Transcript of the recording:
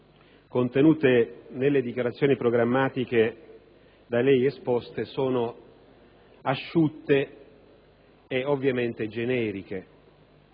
contenute nelle dichiarazioni programmatiche da lei esposte sono asciutte e ovviamente generiche.